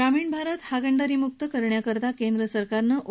ग्रामीण भारत हागणदारी मुक्त करण्याकरता केंद्र सरकारनं ओ